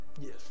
Yes